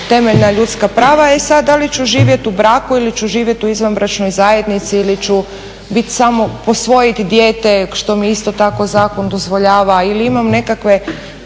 temeljna ljudska prava. E sada da li ću živjeti u braku ili ću živjeti u izvanbračnoj zajednici ili ću biti samo posvojiti dijete što mi isto tako zakon dozvoljava ili neke